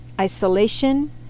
isolation